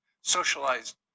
socialized